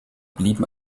blieben